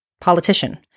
Politician